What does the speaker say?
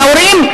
מההורים.